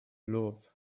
love